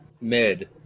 mid